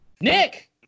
Nick